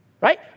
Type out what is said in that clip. right